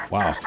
Wow